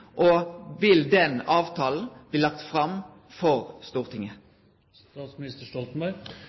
Og vil den avtalen bli lagd fram for